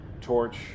torch